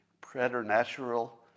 preternatural